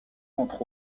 entre